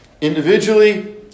individually